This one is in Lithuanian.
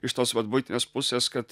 iš tos vat buitinės pusės kad